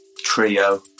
trio